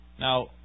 Now